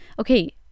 okay